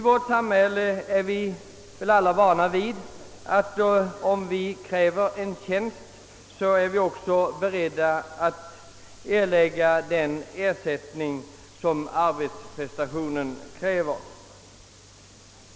När vi i vårt samhälle begär en tjänst är vi väl alla beredda att betala den kostnad som arbetsprestationen kräver.